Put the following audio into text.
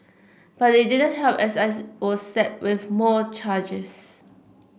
but it didn't help as I was slapped with more charges